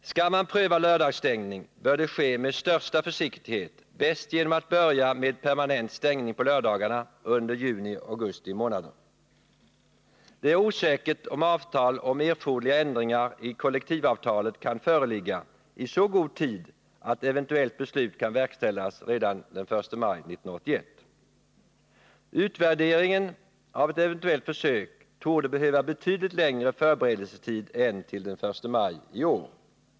Skall man pröva lördagsstängning, bör det ske med största försiktighet, bäst genom att börja med permanent stängning på lördagarna under Det är osäkert om avtal om erforderliga ändringar i kollektivavtalet kan föreligga i så god tid att ett eventuellt beslut kan verkställas redan den 1 maj 1981. Utvärderingen av ett eventuellt försök torde behöva betydligt längre förberedelsetid än till den 1 maj i år.